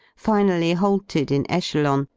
finally halted in echelon,